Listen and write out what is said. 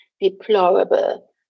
deplorable